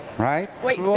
right? wait,